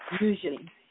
usually